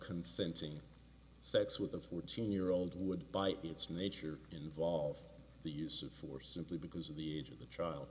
consenting sex with a fourteen year old would by its nature involve the use of force simply because of the age of the